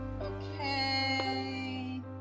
Okay